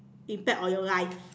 impact on your life